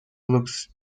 looks